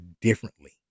differently